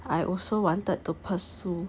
I also wanted to pursue